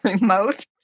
remote